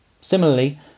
Similarly